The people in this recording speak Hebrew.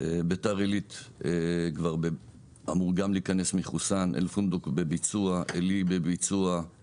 ביתר עילית כבר אמורים להיכנס מחוסאן; אל פונדוק בביצוע; עלי בביצוע;